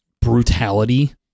brutality